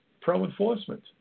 pro-enforcement